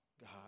God